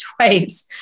twice